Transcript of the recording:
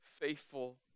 faithful